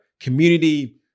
community